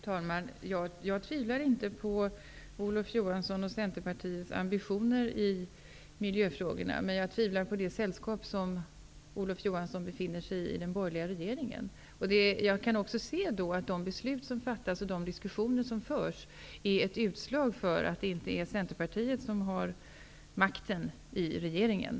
Fru talman! Jag tvivlar inte på Olof Johanssons och Centerpartiets ambitioner i miljöfrågorna. Men jag tvivlar på det sällskap i den borgerliga regeringen där Olof Johansson befinner sig. De beslut som fattas och de diskussioner som förs är ett utslag av att det inte är Centerpartiet som har makten i regeringen.